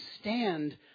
stand